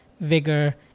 vigor